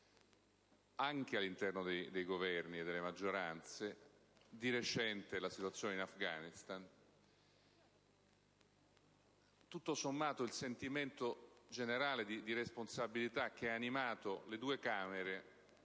anche all'interno dei Governi e delle maggioranze (di recente, la situazione in Afghanistan), tutto sommato il sentimento generale di responsabilità che ha animato le due Camere